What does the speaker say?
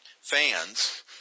fans